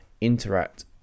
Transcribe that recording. interact